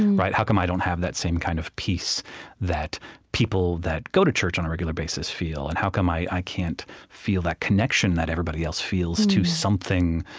and how come i don't have that same kind of peace that people that go to church on a regular basis feel? and how come i i can't feel that connection that everybody else feels to something?